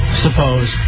suppose